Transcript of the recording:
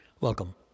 Welcome